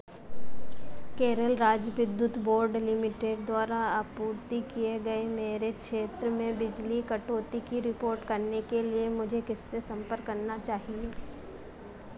केरल राज्य विद्युत board limited द्वारा आपूर्ति किए गए मेरे क्षेत्र में बिजली कटौती की रिपोर्ट करने के लिए मुझे किससे संपर्क करना चाहिए